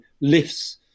lifts